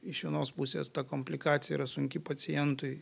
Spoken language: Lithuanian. iš vienos pusės ta komplikacija yra sunki pacientui